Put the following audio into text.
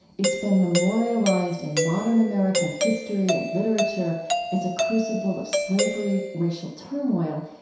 it's been memorialized in modern american history and literature as a crucible of slavery, racial turmoil,